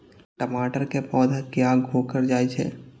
टमाटर के पौधा किया घुकर जायछे?